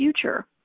future